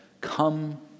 come